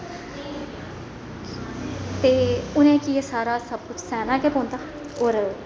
ते उ'नें गी एह् सारा सब कुछ लेना गै पोंदा होर